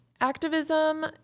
Activism